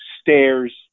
stairs